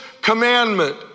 commandment